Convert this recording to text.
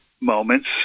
moments